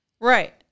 right